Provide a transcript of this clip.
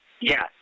yes